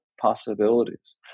possibilities